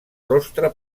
rostre